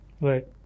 Right